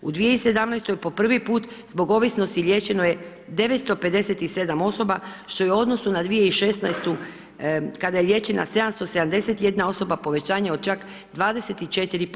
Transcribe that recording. U 2017. po prvi put zbog ovisnosti liječeno je 957 osoba što je u odnosu na 2016. kada je liječena 771 osoba povećanje od čak 24%